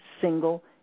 single